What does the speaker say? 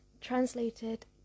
translated